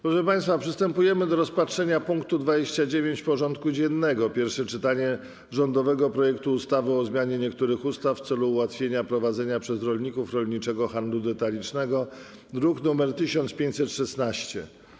Przystępujemy do rozpatrzenia punktu 29. porządku dziennego: Pierwsze czytanie rządowego projektu ustawy o zmianie niektórych ustaw w celu ułatwienia prowadzenia przez rolników rolniczego handlu detalicznego (druk nr 1516)